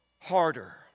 Harder